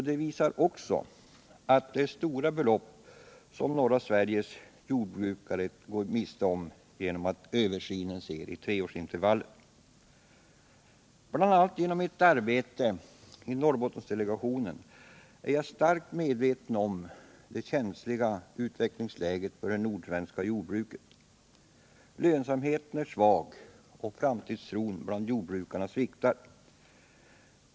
Det visar också att det är stora belopp som norra Sveriges jordbrukare går miste om genom att översynen sker i treårsintervaller. Bl. a. genom mitt arbete i Norrbottensdelegationen är jag starkt medveten om det känsliga utvecklingsläget för det nordsvenska jordbruket. Lönsamheten är svag, och framtidstron bland jordbrukarna sviktar.